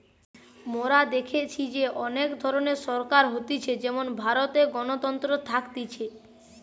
মোরা দেখেছি যে অনেক ধরণের সরকার হতিছে যেমন ভারতে গণতন্ত্র থাকতিছে